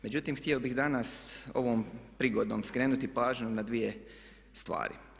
Međutim, htio bih danas ovom prigodom skrenuti pažnju na dvije stvari.